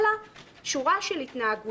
אלא על שורה של התנהגויות